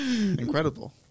Incredible